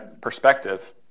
perspective